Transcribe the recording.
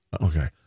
Okay